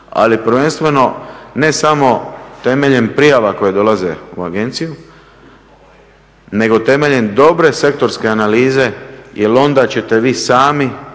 ali prvenstveno ne samo temeljem prijava koje dolaze u agenciju nego temeljem dobre sektorske analize jer onda ćete vi sami